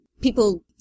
people